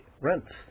rents